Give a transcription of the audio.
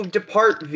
depart